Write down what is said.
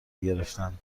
گرفتن